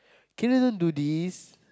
can you not do this